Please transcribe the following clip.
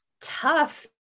tough